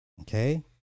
okay